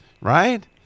right